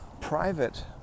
private